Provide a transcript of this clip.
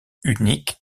unique